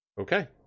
Okay